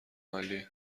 عالیه